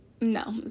No